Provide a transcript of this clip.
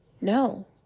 No